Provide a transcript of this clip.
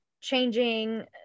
changing